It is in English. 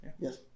Yes